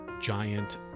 giant